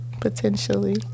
potentially